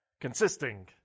consisting